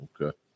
Okay